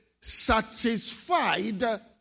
satisfied